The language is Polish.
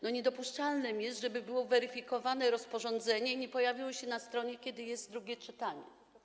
Niedopuszczalne jest, żeby było weryfikowane rozporządzenie, które nie pojawiło się na stronie, kiedy jest drugie czytanie.